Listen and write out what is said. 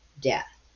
death